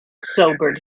sobered